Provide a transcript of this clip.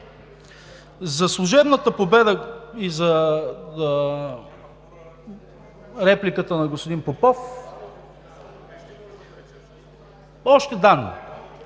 За служебната победа и репликата на господин Попов – още данни.